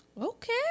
Okay